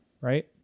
right